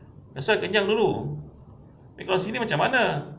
that's why tinggal dulu abeh kalau sini macam mana